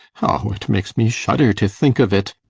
oh, it makes me shudder to think of it!